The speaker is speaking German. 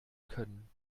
können